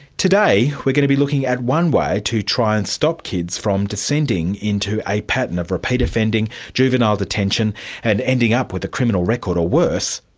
today we're going to be looking at one way to try and stop kids from descending into a pattern of repeat offending, juvenile detention and ending up with a criminal record, or worse,